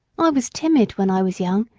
i was timid when i was young,